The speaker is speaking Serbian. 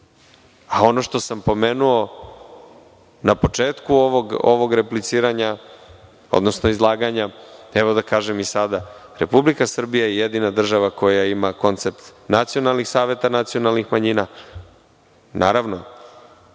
što sam pomenuo na početku ovog repliciranja, odnosno izlaganja, evo da kažem i sada. Republika Srbija je jedina država koja ima koncept nacionalnih saveta nacionalnih manjina. Naravno,